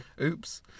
Oops